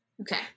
Okay